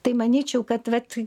tai manyčiau kad vat